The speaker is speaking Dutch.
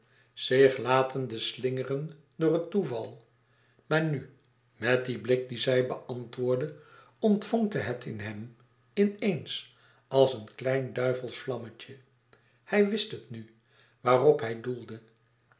zich latende slingeren door het toeval maar nu met dien blik dien zij beantwoordde ontvonkte het in hem in eens als een klein duivelsch vlammetje hij wist het nu waarop hij doelde